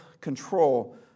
control